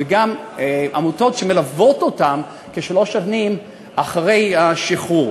וגם עמותות שמלוות אותם כשלוש שנים אחרי השחרור.